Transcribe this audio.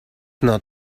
not